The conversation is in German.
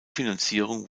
finanzierung